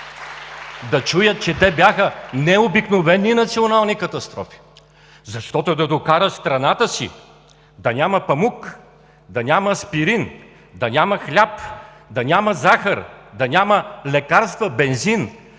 да чуят, че те бяха необикновени национални катастрофи. Да докараш страната си да няма памук, да няма аспирин, да няма хляб, да няма захар, да няма лекарства, бензин,